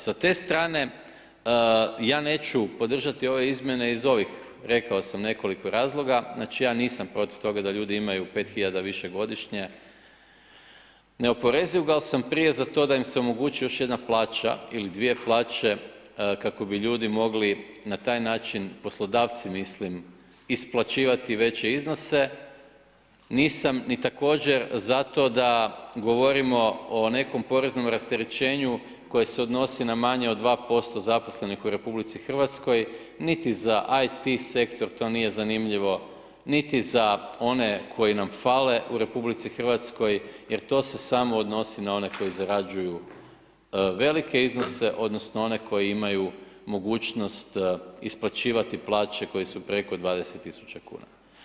Sa te strane ja neću podržati ove izmjene iz ovih, rekao sam nekoliko razloga, znači, ja nisam protiv toga da ljudi imaju 5 hiljada više godišnje neoporezivog, ali sam prije za to da im se omogući još jedna plaća ili dvije plaće, kako bi ljudi mogli na taj način, poslodavci mislim, isplaćivati veće iznose, nisam ni također za to da govorimo o nekom poreznom rasterećenju koje se odnosi na manje od 2% zaposlenih u RH, niti za IT sektor, to nije zanimljivo, niti za one koji nam fale u RH jer to se samo odnosi na one koji zarađuju velike iznose odnosno one koji imaju mogućnost isplaćivati plaće koje su preko 20.000,00 kn.